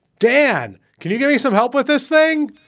dan, can you get me some help with this thing?